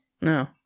no